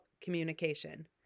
Communication